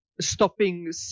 stopping